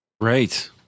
Right